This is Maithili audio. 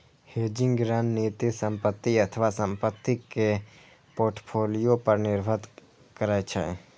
हेजिंग रणनीति संपत्ति अथवा संपत्ति के पोर्टफोलियो पर निर्भर करै छै